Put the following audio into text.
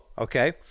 Okay